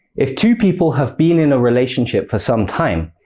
if two people have been in a relationship for some time,